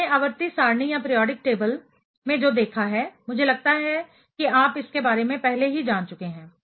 तो हमने आवर्ती सारणी पीरियाडिक टेबल में जो देखा है मुझे लगता है कि आप इसके बारे में पहले ही जान चुके हैं